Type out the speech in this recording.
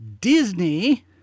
Disney